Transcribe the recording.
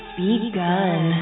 begun